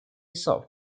soft